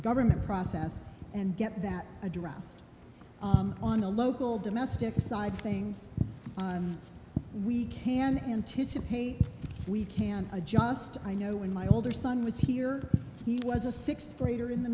government process and get that address on the local domestic side things we can anticipate we can adjust i know when my older son was here he was a sixth grader in the